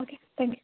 okay thank you